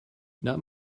not